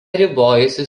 ribojasi